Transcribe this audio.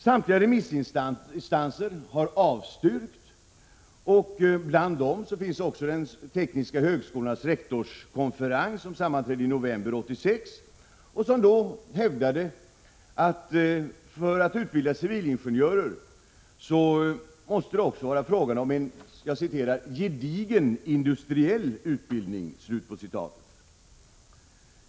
Samtliga remissinstanser har avstyrkt, och bland dem finns också de tekniska högskolornas rektorskonferens, som sammanträdde i november 1986 och då hävdade att det för att utbilda civilingenjörer också måste vara fråga om en ”gedigen industriell utbildning”.